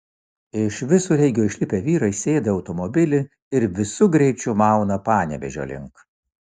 iš visureigio išlipę vyrai sėda į automobilį ir visu greičiu mauna panevėžio link